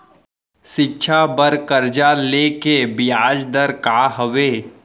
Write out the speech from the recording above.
शिक्षा बर कर्जा ले के बियाज दर का हवे?